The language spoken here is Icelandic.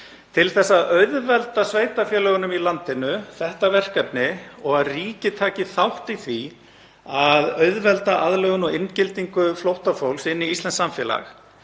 Til að auðvelda sveitarfélögunum í landinu þetta verkefni, og að ríkið taki þátt í því að auðvelda aðlögun og inngildingu flóttafólks inn í íslenskt samfélag,